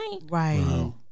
Right